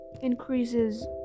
increases